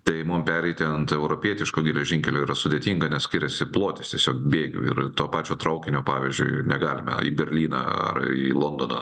tai mum pereiti ant europietiško geležinkelio yra sudėtinga nes skiriasi plotis tiesiog bėgių ir to pačio traukinio pavyzdžiui negalime į berlyną ar į londoną